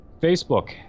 Facebook